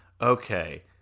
okay